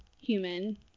human